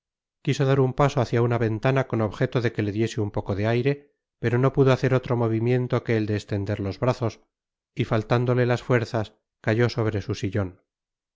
quiso dar un paso hácia una ventana con objeto de que le diese un poco de aire pero no pudo hacer otro movimiento que el de estender los brazos y faltándole las fuerzas cayó sobre su sillon